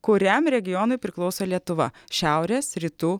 kuriam regionui priklauso lietuva šiaurės rytų